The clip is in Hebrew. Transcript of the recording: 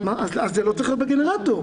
אז זה לא צריך להיות בגנרטור.